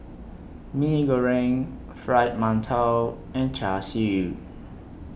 Mee Goreng Fried mantou and Char Siu